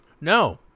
No